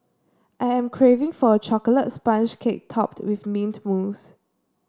I am craving for a chocolate sponge cake topped with mint mousse